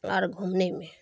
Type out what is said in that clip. اور گھومنے میں